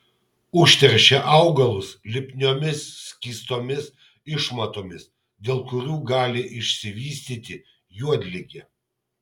užteršia augalus lipniomis skystomis išmatomis dėl kurių gali išsivystyti juodligė